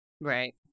Right